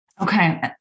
Okay